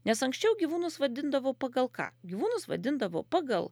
nes anksčiau gyvūnus vadindavo pagal ką gyvūnus vadindavo pagal